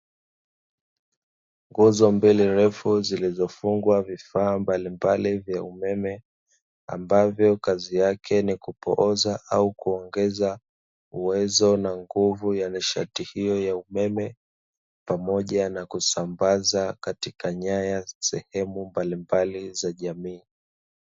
Nguzo mbili ndefu zilizo fungwa vifaa mbalimbali vya umeme ambavyo kazi yake ni kupoza au kuongeza uwezo na nguvu ya nishati hiyo ya umeme pamoja na kusambaza katika nyaya za sehemu mbalimbali za jamii.